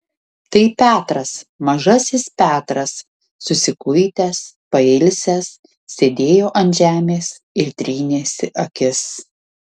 tai petras mažasis petras susikuitęs pailsęs sėdėjo ant žemės ir trynėsi akis